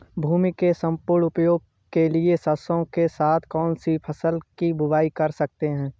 भूमि के सम्पूर्ण उपयोग के लिए सरसो के साथ कौन सी फसल की बुआई कर सकते हैं?